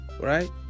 Right